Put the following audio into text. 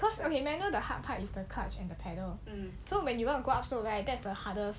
cause okay manual the hard part is the clutch and the paddle so when you want to go up slope right that's the hardest